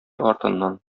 артыннан